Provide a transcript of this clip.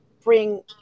bring